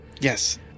Yes